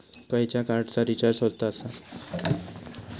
खयच्या कार्डचा रिचार्ज स्वस्त आसा?